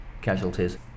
casualties